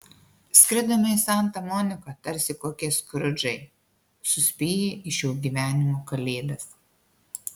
skridome į santa moniką tarsi kokie skrudžai suspėję į šio gyvenimo kalėdas